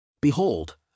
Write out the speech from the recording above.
Behold